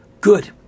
Good